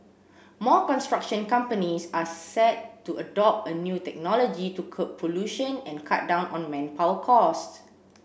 more construction companies are set to adopt a new technology to curb pollution and cut down on manpower costs